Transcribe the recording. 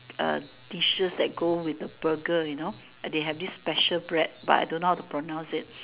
uh dishes that go with the burgers you know they have this special bread but I don't know how to pronounce it